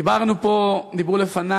דיברו לפני